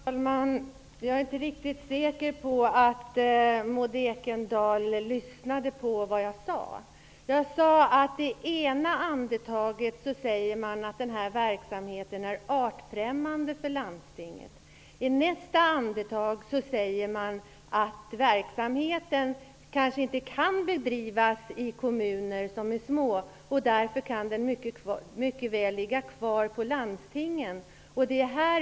Fru talman! Jag är inte riktig säker på att Maud Ekendahl lyssnade på vad jag sade. Jag sade att i ena andetaget säger man att den här verksamheten är artfrämmande för landstingen. I nästa andetag säger man att verksamheten kanske inte kan bedrivas i små kommuner och därför mycket väl kan ligga kvar hos landstingen.